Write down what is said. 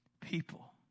people